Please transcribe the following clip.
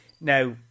Now